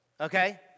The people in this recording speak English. Okay